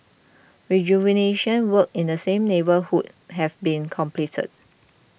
rejuvenation works in the same neighbourhood have been completed